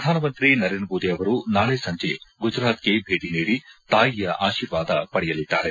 ಪ್ರಧಾನಮಂತ್ರಿ ನರೇಂದ್ರ ಮೋದಿ ಅವರು ನಾಳೆ ಸಂಜೆ ಗುಜರಾತ್ಗೆ ಭೇಟಿ ನೀಡಿ ತಾಯಿಯ ಆಶಿರ್ವಾದ ಪಡೆಯಲಿದ್ದಾರೆ